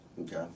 Okay